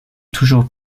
toujours